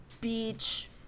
beach